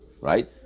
Right